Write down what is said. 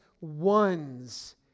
ones